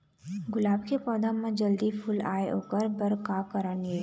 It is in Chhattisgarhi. गुलाब के पौधा म जल्दी फूल आय ओकर बर का करना ये?